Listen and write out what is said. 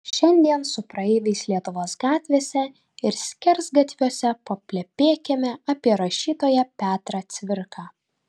šiandien su praeiviais lietuvos gatvėse ir skersgatviuose paplepėkime apie rašytoją petrą cvirką